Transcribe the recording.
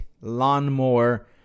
lawnmower